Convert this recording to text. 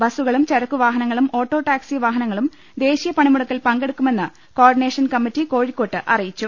ബസ്സുകളും ചരക്കുവാഹനങ്ങളും auto taxi വാഹനങ്ങളും ദേശീയ പണിമുടക്കിൽ പങ്കെടുക്കുമെന്ന് കോ ഓർഡി നേഷൻ കമ്മറ്റി കോഴിക്കോട്ട് അറിയിച്ചു